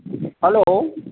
hello